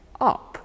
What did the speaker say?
up